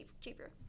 cheaper